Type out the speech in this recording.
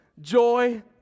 joy